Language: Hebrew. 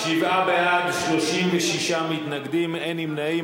שבעה בעד, 36 מתנגדים, אין נמנעים.